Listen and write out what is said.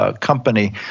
company